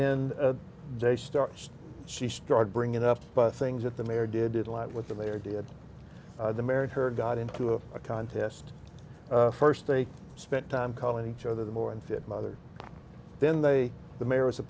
then they start she started bringing up but things that the mayor did a lot with the mayor did the mare and her got into a contest first they spent time calling each other the more unfit mother then they the mayor was a